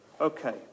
okay